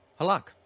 halak